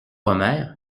omer